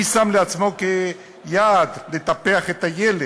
מי שם לעצמו כיעד לטפח את הילד,